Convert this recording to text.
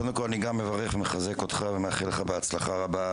קודם כל אני גם מברך ומחזק אותך ומאחל לך בהצלחה רבה,